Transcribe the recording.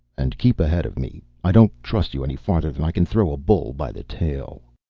and keep ahead of me. i don't trust you any farther than i can throw a bull by the tail.